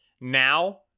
Now